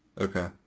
Okay